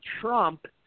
Trump